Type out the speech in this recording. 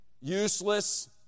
useless